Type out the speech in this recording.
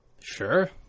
Sure